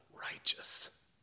righteous